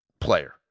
player